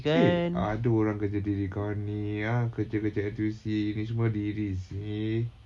eh ada orang kerja diri kau ni ah kerja-kerja kat N_T_U_C ni semua diri seh